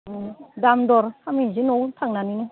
दामदर खालामहैनिसै न'आव थांनानैनो